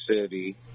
City